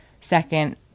Second